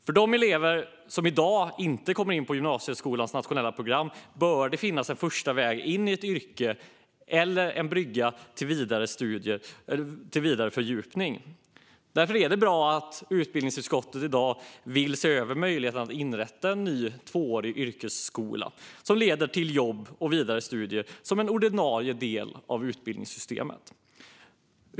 För de elever som i dag inte kommer in på gymnasieskolans nationella program bör det finnas en första väg in i ett yrke eller en brygga till vidare fördjupning. Det är därför bra att utbildningsutskottet i dag vill se över möjligheten att inrätta en ny tvåårig yrkesskola, som leder till jobb eller vidare studier, som en ordinarie del av utbildningsystemet.